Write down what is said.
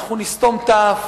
אנחנו נסתום את האף.